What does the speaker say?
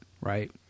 right